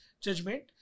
Judgment